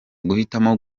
guhitamo